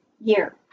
Year